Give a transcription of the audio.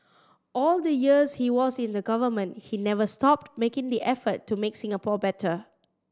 all the years he was in the government he never stopped making the effort to make Singapore better